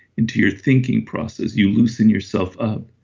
into your thinking process. you loosen yourself up.